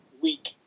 week